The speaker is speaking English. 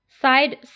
side